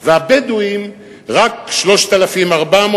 והבדואים רק 3,400,